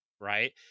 right